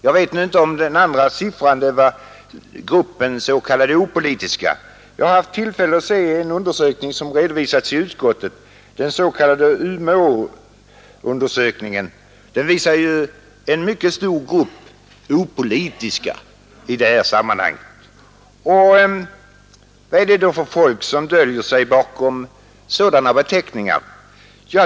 Jag vet nu inte om de Övriga var s.k. opolitiska. En undersökning som förelades utskottet, den s.k. Umeåundersökningen, redovisar en mycket stor grupp opolitiska ledamöter. Vad är det då för folk som döljer sig bakom den beteckningen?